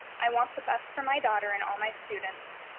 i want the best for my daughter and all my students,